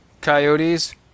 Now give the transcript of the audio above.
coyotes